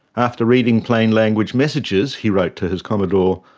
after reading plain language messages, he wrote to his commodore,